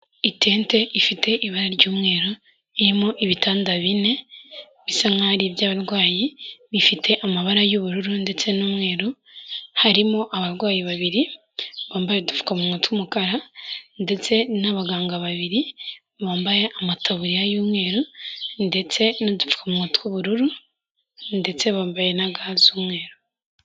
Itente ifite ibara ry'umweru irimo ibitanda bine bisa nk'aho ari iby'abarwayi, bifite amabara y'ubururu ndetse n'umweru harimo abarwayi babiri bambaye udupfukamunwa tw'umukara ndetse n'abaganga babiri bambaye amataburiya y'umweru ndetse n'udupfukamunwa tw'ubururu ndetse bambaye na ga z'umweru.